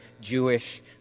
Jewish